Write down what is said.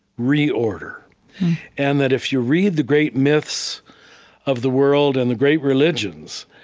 reorder and that if you read the great myths of the world and the great religions,